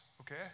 okay